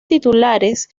titulares